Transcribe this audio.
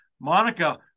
Monica